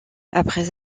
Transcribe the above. après